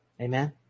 Amen